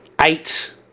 eight